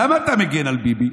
למה אתה מגן על ביבי?